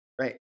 right